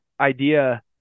idea